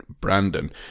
Brandon